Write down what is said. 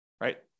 right